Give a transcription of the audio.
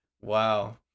Wow